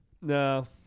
No